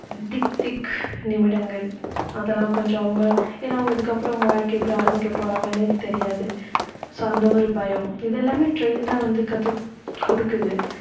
திக் திக் நிமிடங்கள் அதெல்லாம் கொஞ்சோம் அவங்க ஏன்னால் அவங்க இதுக்கப்புறோம் அவங்க வாழ்க்கை எப்படி ஆரம்பிக்க போகிறாங்கன்னே தெரியாது ஸோ அந்த ஒரு பயம் இது எல்லாமே ட்ரெய்ன் தான் வந்து கத்துக்கொடுக்குது